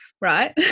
right